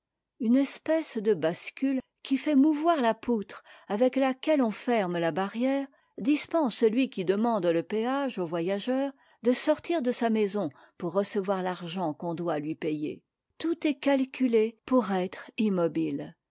une espèce de bascule qui fait mouvoir la poutre avec laquelle on ferme la barrière dispense celui qui demande le péage aux voyageurs de sortir de sa maison pour recevoir l'argent que l'on doit lui payer tout est calculé pour être immobile